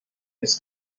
his